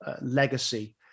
legacy